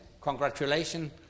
congratulations